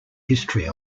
history